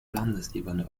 landesebene